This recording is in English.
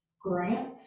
grant